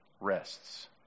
rests